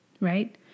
right